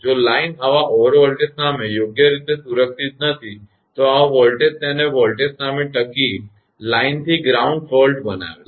જો લાઇન આવા ઓવરવોલ્ટેજ સામે યોગ્ય રીતે સુરક્ષિત નથી તો આવા વોલ્ટેજ તેને વોલ્ટેજ સામે ટકી લાઇન થી ગ્રાઉન્ડ ફોલ્ટ બનાવે છે